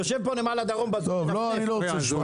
יושב פה נמל הדרום --- אני לא רוצה לשמוע.